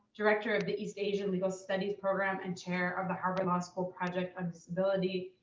director of the east asian legal studies program, and chair of the harvard law school project of disability.